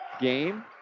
game